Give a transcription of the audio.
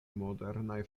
modernaj